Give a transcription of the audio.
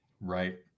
Right